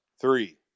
Three